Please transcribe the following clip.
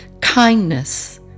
kindness